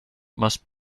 must